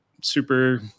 super